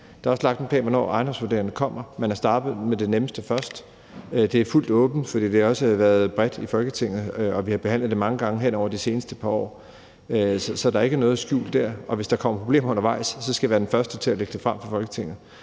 Der er også lagt en plan for, hvornår ejendomsvurderingerne kommer, og man er startet med det nemmeste først. Der er fuld åbenhed om det, også bredt i Folketinget, og vi har behandlet det mange gange hen over de seneste par år. Så der er ikke noget skjult der, og hvis der kommer problemer undervejs, så skal jeg være den første til at lægge det frem for Folketinget.